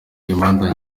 imanza